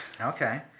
okay